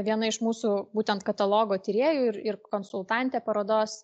viena iš mūsų būtent katalogo tyrėjų ir ir konsultantė parodos